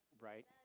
Right